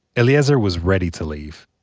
eliezer was ready to leave.